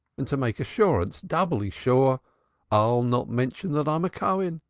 and to make assurance doubly sure i'll not mention that i'm a cohen